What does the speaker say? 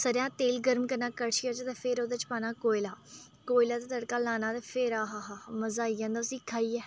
सरेआं दा तेल गर्म करना कड़च्छियै च ते फिर ओह्दे च पाना कोयला कोयले दा तड़का लाना ते फिर आ हा हा मज़ा आई जंदा उसी खाइयै